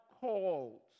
calls